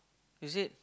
is it